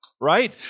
right